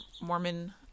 Mormon